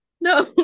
No